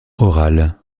orale